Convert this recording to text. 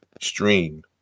stream